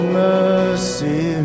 mercy